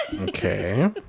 Okay